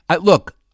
Look